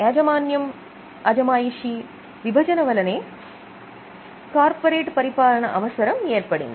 యజమాన్యం అజమాయిషీ విభజన వలనే కార్పొరేట్ పరిపాలన అవసరం ఏర్పడింది